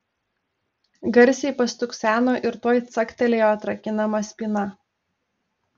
garsiai pastukseno ir tuoj caktelėjo atrakinama spyna